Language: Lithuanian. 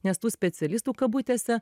nes tų specialistų kabutėse